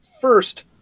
first